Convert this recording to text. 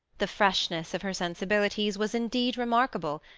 the freshness of her sensibilities was indeed remarkable,